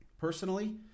Personally